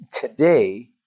today